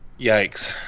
Yikes